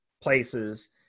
places